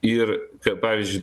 ir kad pavyzdžiui